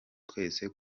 twese